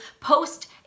post